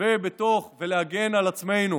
ולהגן על עצמנו